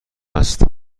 است